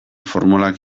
formulak